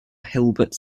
hilbert